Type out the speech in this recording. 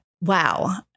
wow